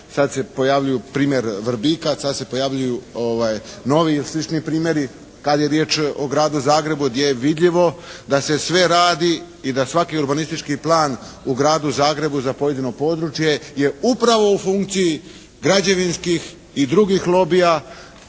Sad se pojavljuje primjer Vrbika, sad se pojavljuju novi ili slični primjeri kad je riječ o gradu Zagrebu gdje je vidljivo da se sve radi i da svaki urbanistički plan u gradu Zagrebu za pojedino područje je upravo u funkciji građevinskih i drugih lobija